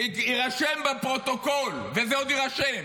שיירשם בפרוטוקול, וזה עוד יירשם.